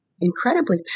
incredibly